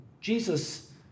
Jesus